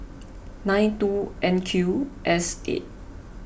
nine two N Q S eight